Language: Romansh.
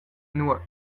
nuot